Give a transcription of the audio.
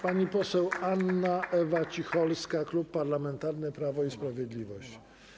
Pani poseł Anna Ewa Cicholska, Klub Parlamentarny Prawo i Sprawiedliwość.